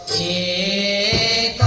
a